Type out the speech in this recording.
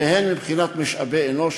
והן מבחינת משאבי אנוש,